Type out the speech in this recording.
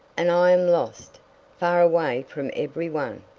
and i am lost far away from every one!